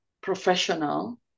professional